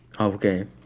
okay